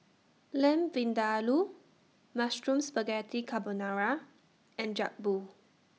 Lamb Vindaloo Mushroom Spaghetti Carbonara and Jokbal